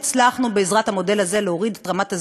הצלחנו בעזרת המודל הזה להוריד את רמת הזיהומים,